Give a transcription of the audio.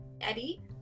Eddie